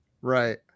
right